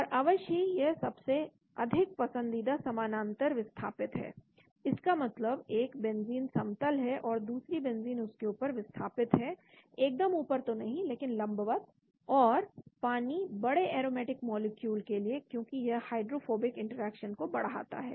और अवश्य ही यह सबसे अधिक पसंदीदा समानांतर विस्थापित है इसका मतलब एक बेंजीन समतल है और दूसरी बेंजीन उसके ऊपर विस्थापित है एकदम ऊपर तो नहीं लेकिन लंबवत और पानी बड़े एरोमेटिक मॉलिक्यूल के लिए क्योंकि यह हाइड्रोफोबिक इंटरेक्शन को बढ़ाता है